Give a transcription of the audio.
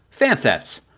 Fansets